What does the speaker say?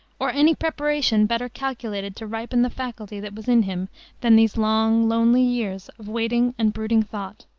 or any preparation better calculated to ripen the faculty that was in him than these long, lonely years of waiting and brooding thought.